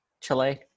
Chile